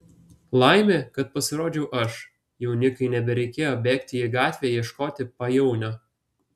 laimė kad pasirodžiau aš jaunikiui nebereikėjo bėgti į gatvę ieškoti pajaunio